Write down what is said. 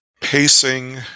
Pacing